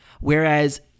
Whereas